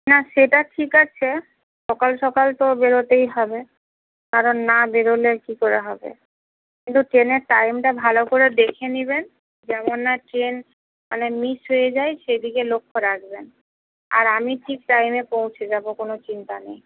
না সেটা ঠিক আছে সকাল সকাল তো বেরোতেই হবে কারণ না বেরোলে কী করে হবে কিন্তু ট্রেনের টাইমটা ভালো করে দেখে নিবেন না ট্রেন মানে মিস হয়ে যায় সেদিকে লক্ষ্য রাখবেন আর আমি ঠিক টাইমে পৌঁছে যাবো কোনো চিন্তা নেই